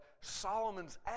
Solomon's